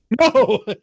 no